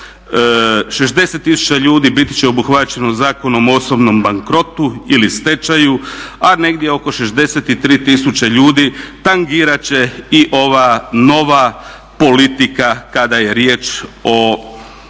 60000 ljudi biti će obuhvaćeno Zakonom o osobnom bankrotu ili stečaju, a negdje oko 63000 ljudi tangirat će i ova nova politika kada je riječ o